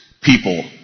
people